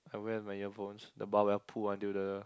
I went with my earphones the barbell pull until the